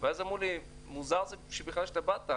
ואמרו לי: מוזר שבכלל באת.